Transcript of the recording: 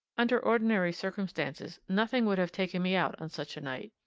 under ordinary circumstances nothing would have taken me out on such a night.